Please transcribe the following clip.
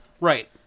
Right